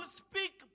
speak